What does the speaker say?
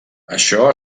això